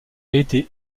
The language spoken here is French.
été